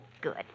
Good